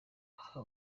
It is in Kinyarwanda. aha